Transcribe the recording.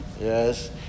yes